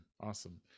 awesome